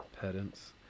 Pedants